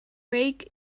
rake